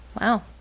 Wow